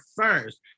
first